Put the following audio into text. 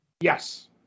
Yes